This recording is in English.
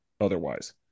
otherwise